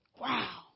Wow